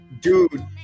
dude